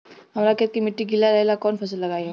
हमरा खेत के मिट्टी गीला रहेला कवन फसल लगाई हम?